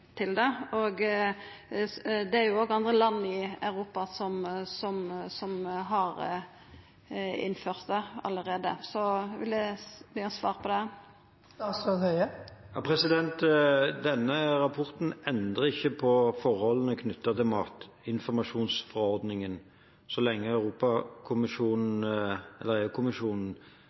til det. Det er jo andre land i Europa som har innført det allereie. Eg vil gjerne ha svar på det. Denne rapporten endrer ikke på forholdene knyttet til matinformasjonsforordningen så lenge Europakommisjonen